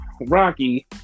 Rocky